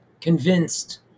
convinced